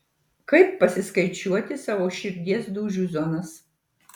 kaip pasiskaičiuoti savo širdies dūžių zonas